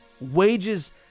Wages